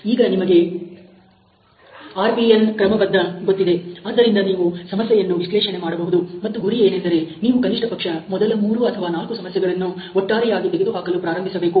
ಈಗ ನಿಮಗೆ RPN ಕ್ರಮಬದ್ಧ ಗೊತ್ತಿದೆ ಆದ್ದರಿಂದ ನೀವು ಸಮಸ್ಯೆಯನ್ನು ವಿಶ್ಲೇಷಣೆ ಮಾಡಬಹುದು ಮತ್ತು ಗುರಿ ಏನೆಂದರೆ ನೀವು ಕನಿಷ್ಠ ಪಕ್ಷ ಮೊದಲ 3 ಅಥವಾ 4 ಸಮಸ್ಯೆಗಳನ್ನು ಒಟ್ಟಾರೆಯಾಗಿ ತೆಗೆದುಹಾಕಲು ಪ್ರಾರಂಭಿಸಬೇಕು